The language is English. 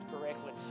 correctly